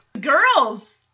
Girls